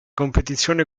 competizione